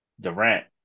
Durant –